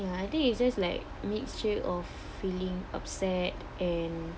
ya I think it's just like mixture of feeling upset and